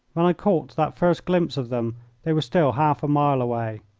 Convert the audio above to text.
when i caught that first glimpse of them they were still half a mile away.